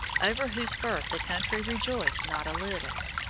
over whose birth the country rejoiced not a little.